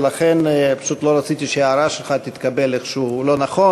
ולא רציתי שההערה שלך תתקבל איכשהו לא נכון